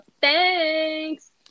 thanks